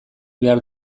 behar